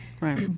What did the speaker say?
Right